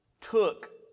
took